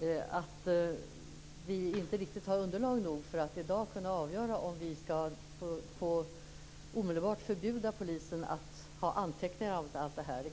Magnusson - att vi inte riktigt har underlag nog för att i dag kunna avgöra om vi omedelbart skall förbjuda polisen att ha sådana här anteckningar.